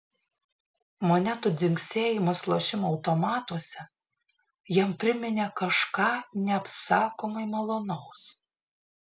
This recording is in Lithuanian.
monetų dzingsėjimas lošimo automatuose jam priminė kažką neapsakomai malonaus